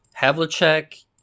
Havlicek